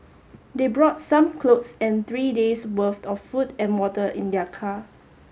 they brought some clothes and three days' worth of food and water in their car